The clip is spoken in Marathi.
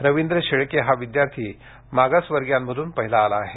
रविंद्र शेळके हा विद्यार्थी मागासवर्गीयांमधून पहिला आला आहे